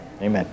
amen